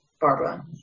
Barbara